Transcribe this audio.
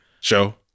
Show